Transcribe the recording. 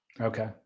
Okay